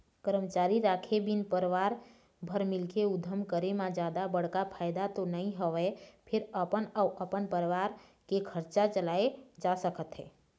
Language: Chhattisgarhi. करमचारी राखे बिन परवार भर मिलके उद्यम करे म जादा बड़का फायदा तो नइ होवय फेर अपन अउ अपन परवार के खरचा चलाए जा सकत हे